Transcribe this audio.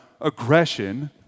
aggression